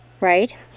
Right